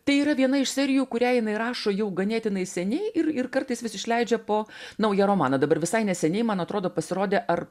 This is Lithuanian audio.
tai yra viena iš serijų kurią jinai rašo jau ganėtinai seniai ir ir kartais vis išleidžia po naują romaną dabar visai neseniai man atrodo pasirodė ar